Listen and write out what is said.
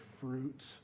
fruits